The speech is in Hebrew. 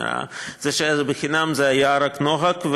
זה שהיה בחינם זה היה רק נוהג,